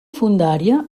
fondària